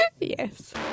Yes